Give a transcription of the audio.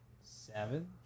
seven